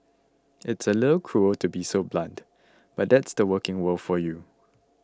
it's a little cruel to be so blunt but that's the working world for you